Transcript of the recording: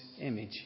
image